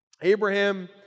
Abraham